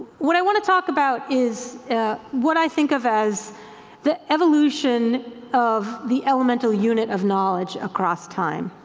what i wanna talk about is what i think of as the evolution of the elemental unit of knowledge across time